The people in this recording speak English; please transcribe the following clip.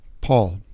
Paul